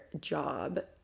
job